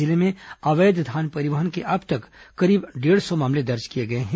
जिले में अवैध धान परिवहन के अब तक करीब डेढ़ सौ मामले दर्ज किए गए हैं